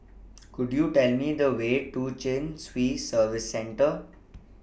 Could YOU Tell Me The Way to Chin Swee Service Centre